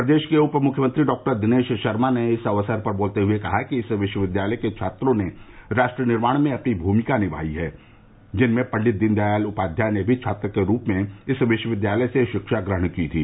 प्रदेश के उप मुख्यमंत्री डॉक्टर दिनेश शर्मा ने इस अवसर पर बोलते हुए कहा कि इस विश्वविद्यालय के छात्रों ने राष्ट्र निर्माण में अपनी भूमिका निभायी है जिनमें पंडित दीनदयाल उपाध्याय ने भी छात्र के रूप में इस विश्वविद्यालय से शिक्षा ग्रहण की थी